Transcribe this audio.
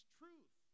truth